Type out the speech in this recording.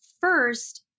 first